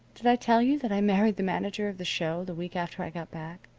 did i tell you that i married the manager of the show the week after i got back?